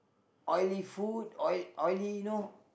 oily food oily oily you know